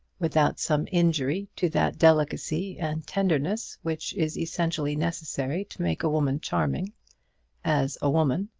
without some injury to that delicacy and tenderness which is essentially necessary to make a woman charming as a woman.